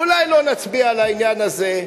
אולי לא נצביע על העניין הזה,